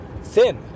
thin